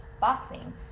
boxing